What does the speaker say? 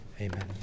Amen